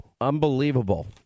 Unbelievable